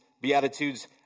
Beatitudes